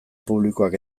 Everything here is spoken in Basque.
publikoak